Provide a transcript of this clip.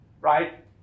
right